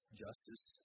justice